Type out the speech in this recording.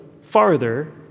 farther